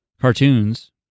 cartoons